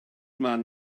man